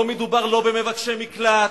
לא מדובר לא במבקשי מקלט,